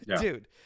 dude